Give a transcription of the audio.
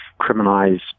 criminalize